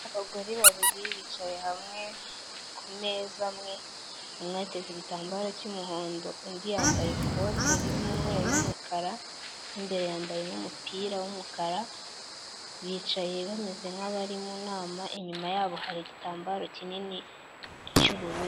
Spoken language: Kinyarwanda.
Abagore babiri bicaye hamwe k'ameza amwe umwe ateze igitambararo cy'umuhondo undi yambaye ikote ry'umweru n'umukara mwimbere yambayemo umupira w'umukara bicaye bameze nkabari mu nama inyuma yabo hari igitambaro kinini cy'ubururu.